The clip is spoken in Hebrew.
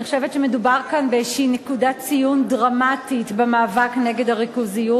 אני חושבת שמדובר כאן באיזו נקודת ציון דרמטית במאבק נגד הריכוזיות,